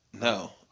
No